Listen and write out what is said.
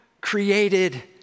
created